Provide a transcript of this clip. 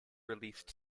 released